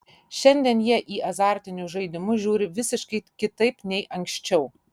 šiandien jie į azartinius žaidimus žiūri visiškai kitaip nei anksčiau